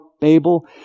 Babel